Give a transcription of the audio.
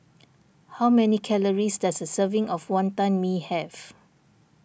how many calories does a serving of Wonton Mee have